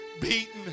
beaten